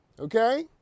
Okay